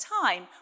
time